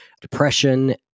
depression